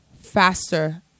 faster